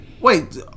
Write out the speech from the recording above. Wait